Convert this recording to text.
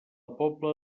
pobla